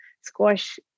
squash